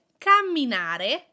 camminare